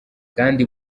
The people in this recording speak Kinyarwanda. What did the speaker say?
kandi